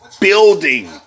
building